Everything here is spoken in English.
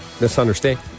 misunderstand